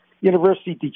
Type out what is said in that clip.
University